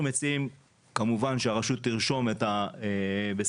אנחנו מציעים כמובן שהרשות תרשום בספרי